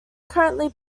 currently